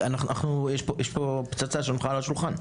יש פה פצצה שהונחה על השולחן.